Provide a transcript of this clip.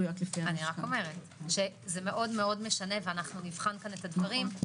זה מאוד משנה, ונבחן את הדברים.